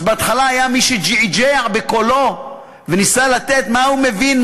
אז בהתחלה היה מי שג'עג'ע בקולו וניסה לתת: מה הוא מבין,